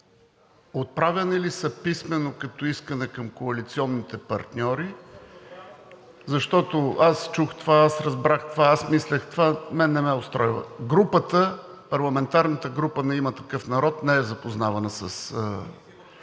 отправяни ли са писмено като искане към коалиционните партньори? Защото „аз чух това“, „аз разбрах това“, „аз мислех това“ мен не ме устройва. Парламентарната група на „Има такъв народ“ не е запознавана с